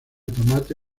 tomate